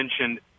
mentioned